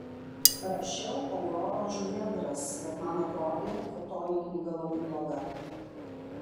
rašiau auroros žuvėdras bet man atrodė kad toji knyga labai bloga